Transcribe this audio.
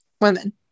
women